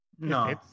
No